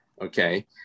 okay